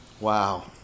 Wow